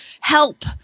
help